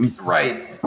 right